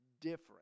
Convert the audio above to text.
different